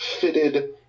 fitted